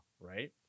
right